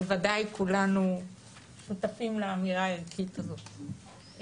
בוודאי כולנו שותפים לאמירה הערכית הזאת.